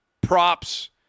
Props